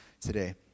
today